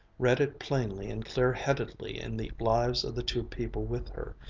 read it plainly and clear-headedly in the lives of the two people with her,